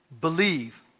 believe